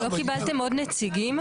אבל לא קיבלתם עוד נציגים, לאיזון?